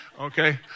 okay